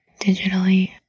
digitally